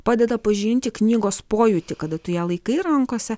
padeda pažinti knygos pojūtį kada tu ją laikai rankose